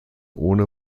ohne